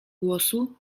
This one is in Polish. głosu